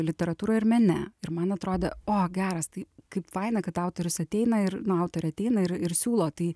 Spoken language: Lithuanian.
literatūroj ir mene ir man atrodė o geras tai kaip faina kad autorius ateina ir nu autorė ateina ir ir siūlo tai